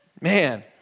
Man